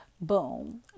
boom